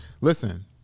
Listen